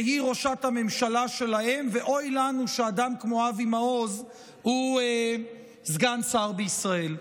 שהיא ראשת הממשלה שלהם ואוי לנו שאדם כמו אבי מעוז הוא סגן שר בישראל.